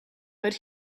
but